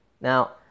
now